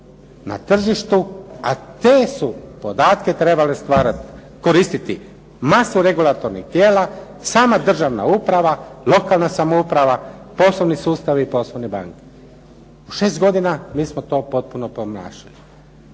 na tržištu, a te su podatke trebale stvarati, koristiti masu regulatornih tijela, sama državna uprava, lokalna samouprava, poslovni sustavi i poslovne banke. U 6 godina mi smo to potpuno promašili.